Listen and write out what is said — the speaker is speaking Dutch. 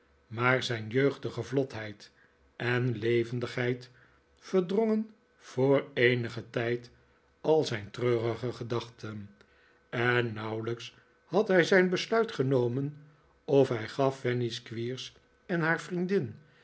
maar zijn jeugdige vlotheid en levendigheid verdrongen voor eenigen tijd a zijn treurige gedachten en nauwelijks had hij zijn besluit genomen of hij gaf fanny squeers en haar vriendin